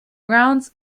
grounds